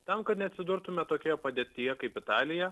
tam kad neatsidurtume tokioje padėtyje kaip italija